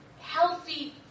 healthy